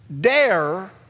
dare